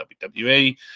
WWE